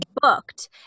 booked